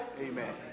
Amen